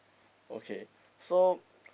okay so